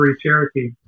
Cherokee